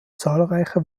zahlreiche